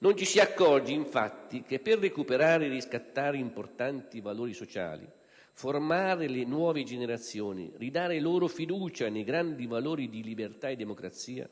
non ci si accorge, infatti, che per recuperare e riscattare importanti valori sociali, formare le nuove generazioni, ridare loro fiducia nei grandi valori di libertà e democrazia,